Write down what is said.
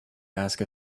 ask